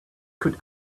could